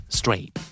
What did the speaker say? straight